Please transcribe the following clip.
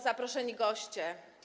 Zaproszeni Goście!